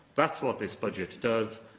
that's what this budget does,